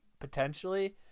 potentially